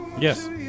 yes